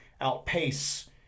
outpace